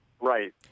Right